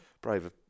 brave